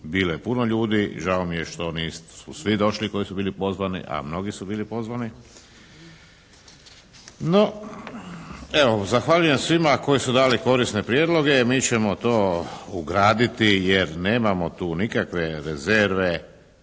bilo je puno ljudi, žao mi je što nisu svi došli koji su bili pozvani, a mnogi su bili pozvani. No, evo zahvaljujem svima koji su dali korisne prijedloge, mi ćemo to ugraditi jer nemamo tu nikakve rezerve